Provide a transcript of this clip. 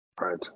Right